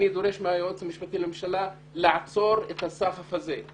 אני דורש מהיועץ המשפטי לממשלה לעצור את הסחף הזה.